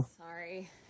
Sorry